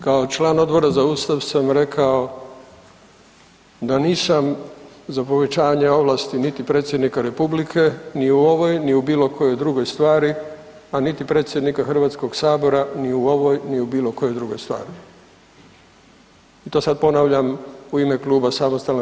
Kao član Odbora za Ustav sam rekao da nisam za povećanje ovlasti niti predsjednika Republike ni u ovoj, ni u bilo kojoj drugoj stvari, a niti predsjednika HS-a ni u ovoj, ni u bilo kojoj drugoj stvari i to sad ponavljam u ime kluba SDSS-a.